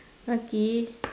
okay